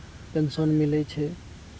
pension मिलै छै